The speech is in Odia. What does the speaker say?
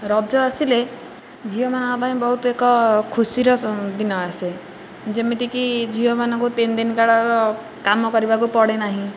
ରଜ ଆସିଲେ ଝିଅମାନଙ୍କ ପାଇଁ ବହୁତ ଏକ ଖୁସିର ସ ଦିନ ଆସେ ଯେମିତିକି ଝିଅମାନଙ୍କୁ ତିନ ଦିନ କାଳ କାମ କରିବାକୁ ପଡ଼େ ନାହିଁ